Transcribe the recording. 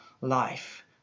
life